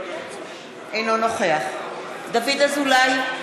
אינו נוכח דוד אזולאי,